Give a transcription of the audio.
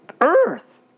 earth